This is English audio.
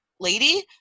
lady